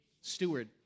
steward